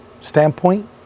standpoint